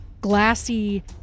glassy